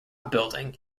building